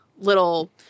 little